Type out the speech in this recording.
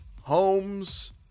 homes